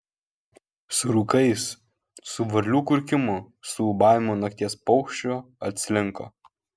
su rūkais su varlių kurkimu su ūbavimu nakties paukščio atslinko